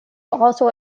also